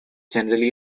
generally